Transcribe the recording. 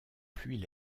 pluies